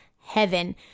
heaven